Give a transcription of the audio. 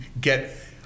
get